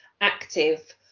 active